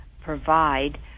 provide